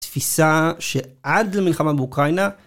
תפיסה שעד למלחמה באוקראינה